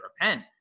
repent